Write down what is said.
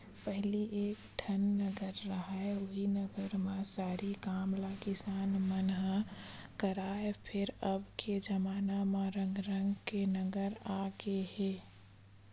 पहिली एके ठन नांगर रहय उहीं नांगर म सरी काम ल किसान मन ह करय, फेर अब के जबाना म रंग रंग के नांगर आ गे हे